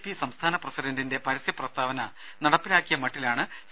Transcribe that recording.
P സംസ്ഥാന പ്രസിഡന്റിന്റെ പരസ്യ പ്രസ്താവന നടപ്പിലാക്കിയമട്ടിലാണ് സി